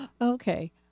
Okay